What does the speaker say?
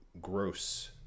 gross